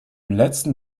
letzten